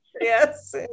Yes